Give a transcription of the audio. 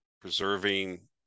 preserving